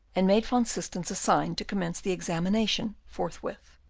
and made van systens a sign to commence the examination forthwith.